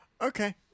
Okay